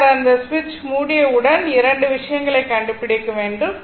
பின்னர் அந்த சுவிட்சை மூடியவுடன் 2 விஷயங்களைக் கண்டுபிடிக்க வேண்டும்